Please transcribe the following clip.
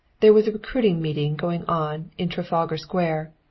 there was a recruiting meeting going on in trafalgar square,